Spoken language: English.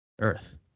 earth